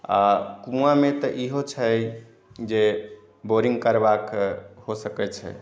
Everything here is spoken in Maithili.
आ कुआँ मे तऽ इहो छै जे बोरिंग करबा कऽ हो सकै छै